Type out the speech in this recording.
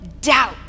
doubt